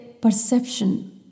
perception